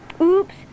Oops